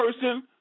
person